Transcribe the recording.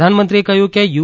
પ્રધાનમંત્રીએ કહ્યું કે યુ